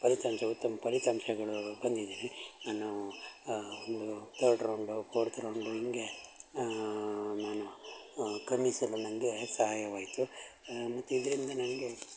ಫಲಿತಾಂಶ ಉತ್ತಮ ಫಲಿತಾಂಶಗಳು ಬಂದಿದ್ದೇನೆ ನಾನು ಒಂದು ತರ್ಡ್ ರೌಂಡು ಫೋರ್ತ್ ರೌಂಡು ಹಿಂಗೆ ನಾನು ಕ್ರಮಿಸಲು ನನಗೆ ಸಹಾಯವಾಯಿತು ಮತ್ತು ಇದರಿಂದ ನನಗೆ